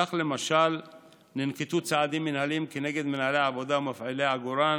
כך למשל ננקטו צעדים מינהליים כנגד מנהלי עבודה ומפעילי עגורן